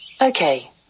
Okay